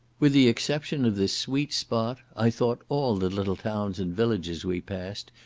with the exception of this sweet spot, i thought all the little towns and villages we passed,